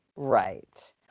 Right